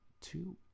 two